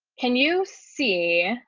can you see?